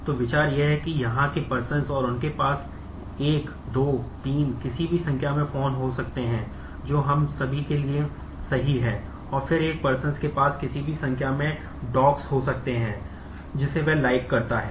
तो विचार यह है कि यहां के Persons और उनके पास एक दो तीन किसी भी संख्या में Phone हो सकते हैं जो हम सभी के लिए सही है और फिर एक Persons के पास किसी भी संख्या में Dogs हो सकते है जिसे वह Like करता है